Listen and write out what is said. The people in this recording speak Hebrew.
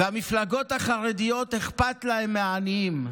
המפלגות החרדיות, אכפת להן מהעניים.